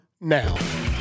now